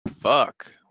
fuck